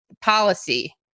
policy